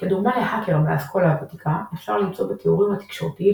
דוגמה להאקר מהאסכולה הוותיקה אפשר למצוא בתיאורים התקשורתיים